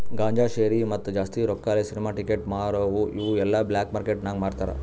ಗಾಂಜಾ, ಶೇರಿ, ಮತ್ತ ಜಾಸ್ತಿ ರೊಕ್ಕಾಲೆ ಸಿನಿಮಾ ಟಿಕೆಟ್ ಮಾರದು ಇವು ಎಲ್ಲಾ ಬ್ಲ್ಯಾಕ್ ಮಾರ್ಕೇಟ್ ನಾಗ್ ಮಾರ್ತಾರ್